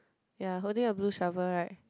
ya holding a blue shovel right